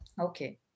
Okay